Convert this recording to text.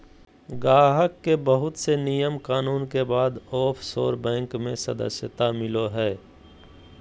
गाहक के बहुत से नियम कानून के बाद ओफशोर बैंक मे सदस्यता मिलो हय